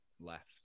left